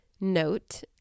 note